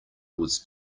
was